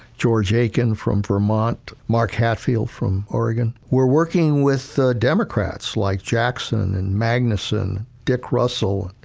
george aiken from vermont, mark hatfield from oregon. we're working with democrats like jackson and magnuson, dick russell,